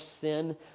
sin